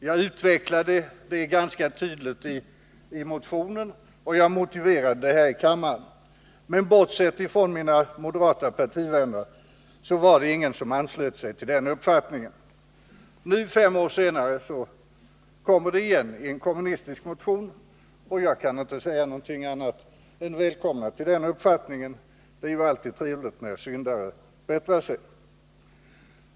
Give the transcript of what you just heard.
Jag utvecklade det ganska tydligt i motionen, och jag motiverade det här i kammaren, men bortsett från mina moderata partivänner var det ingen som anslöt sig till den uppfattningen. Nu, fem år senare, kommer frågan igen i en kommunistisk motion. Jag kan inte säga annat än: Välkomna till den uppfattningen! Det är ju alltid trevligt när syndare bättrar sig.